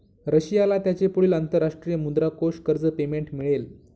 रशियाला त्याचे पुढील अंतरराष्ट्रीय मुद्रा कोष कर्ज पेमेंट मिळेल